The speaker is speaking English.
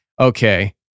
okay